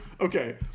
Okay